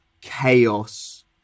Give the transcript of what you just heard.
chaos